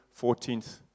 14th